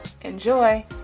Enjoy